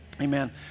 amen